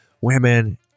Women